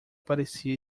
parecia